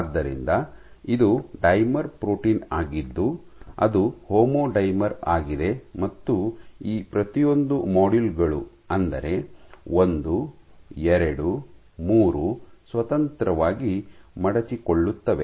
ಆದ್ದರಿಂದ ಇದು dimer protein ಆಗಿದ್ದು ಅದು ಹೋಮೋಡೈಮರ್ ಆಗಿದೆ ಮತ್ತು ಈ ಪ್ರತಿಯೊಂದು ಮಾಡ್ಯೂಲ್ ಗಳು ಅಂದರೆ ಒಂದು ಎರಡು ಮೂರು ಸ್ವತಂತ್ರವಾಗಿ ಮಡಚಿಕೊಳ್ಳುತ್ತವೆ